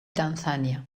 tanzania